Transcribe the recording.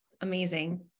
amazing